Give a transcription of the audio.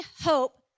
hope